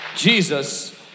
Jesus